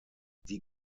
die